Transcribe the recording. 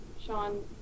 Sean